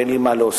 ואין לי מה להוסיף.